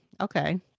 Okay